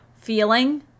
feeling